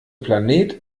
planet